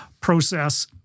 process